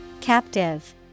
Captive